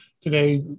today